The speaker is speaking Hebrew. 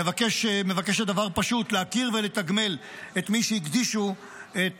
מבקשת דבר פשוט: להוקיר ולתגמל את מי שהקדישו את